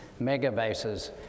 megabases